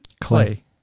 Clay